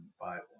Bible